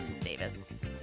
Davis